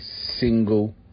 single